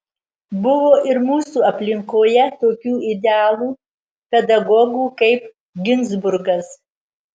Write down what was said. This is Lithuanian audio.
buvo ir mūsų aplinkoje tokių idealų pedagogų kaip ginzburgas